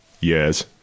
Yes